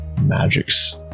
magics